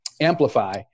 amplify